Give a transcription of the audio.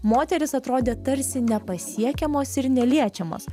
moterys atrodė tarsi nepasiekiamos ir neliečiamos